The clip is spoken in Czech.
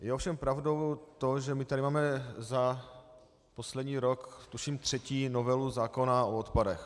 Je ovšem pravdou to, že tady máme za poslední rok tuším třetí novelu zákona o odpadech.